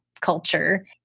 culture